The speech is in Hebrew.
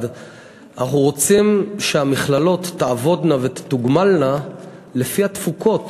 אנחנו רוצים שהמכללות תעבודנה ותתוגמלנה לפי התפוקות